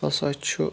ہَسا چھُ